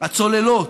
הצוללות,